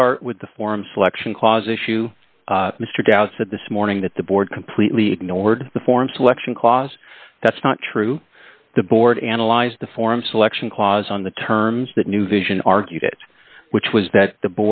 start with the form selection clause issue mr dowsett this morning that the board completely ignored the form selection clause that's not true the board analyzed the form selection clause on the terms that new vision argued it which was that the